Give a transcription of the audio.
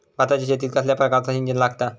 भाताच्या शेतीक कसल्या प्रकारचा सिंचन लागता?